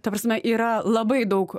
ta prasme yra labai daug